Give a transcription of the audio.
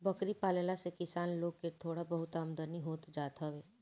बकरी पालला से किसान लोग के थोड़ा बहुत आमदनी हो जात हवे